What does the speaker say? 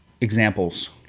examples